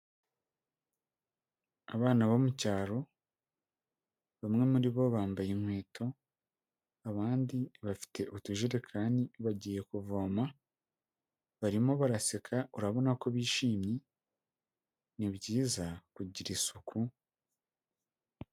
Abana bo mu cyaro bamwe muri bo bambaye inkweto abandi bafite utujerekani bagiye kuvoma, barimo baraseka urabona ko bishimye ni byiza kugira isuku.